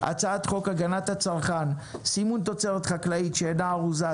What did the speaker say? הצעת חוק הגנת הצרכן (סימון תוצרת חקלאית שאינה ארוזה מראש),